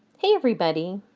hey everybody.